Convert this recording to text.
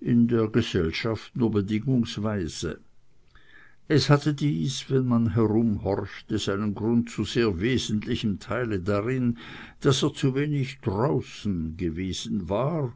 in der gesellschaft nur bedingungsweise es hatte dies wenn man herumhorchte seinen grund zu sehr wesentlichem teile darin daß er zu wenig draußen gewesen war